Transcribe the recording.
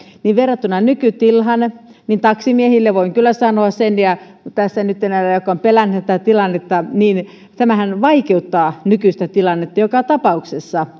verrattuna nykytilaan voin kyllä sanoa sen tässä nytten taksimiehille ja näille jotka ovat pelänneet tätä tilannetta vaikeuttaa tilannetta joka tapauksessa